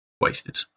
wasted